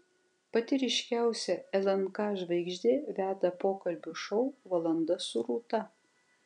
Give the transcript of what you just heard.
pati ryškiausia lnk žvaigždė veda pokalbių šou valanda su rūta